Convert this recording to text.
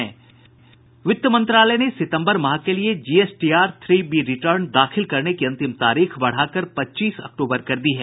वित्त मंत्रालय ने सितंबर माह के लिए जीएसटीआर थ्री बी रिटर्न दाखिल करने की अंतिम तारीख बढ़ाकर पच्चीस अक्टूबर कर दी है